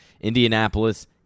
Indianapolis